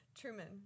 Truman